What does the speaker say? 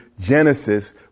Genesis